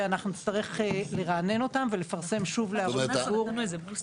ואנחנו נצטרך לרענן אותם ולפרסם שוב להערות ציבור.